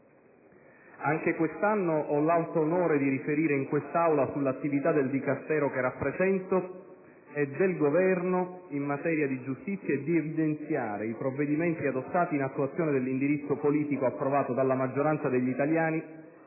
anche quest'anno ho l'alto onore di riferire in quest'Aula sull'attività del Dicastero che rappresento e del Governo in materia di giustizia e di evidenziare i provvedimenti adottati in attuazione dell'indirizzo politico approvato dalla maggioranza degli italiani